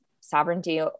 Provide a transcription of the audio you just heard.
sovereignty